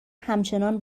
همچنان